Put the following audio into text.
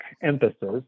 emphasis